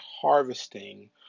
harvesting